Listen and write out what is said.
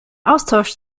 austausch